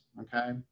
okay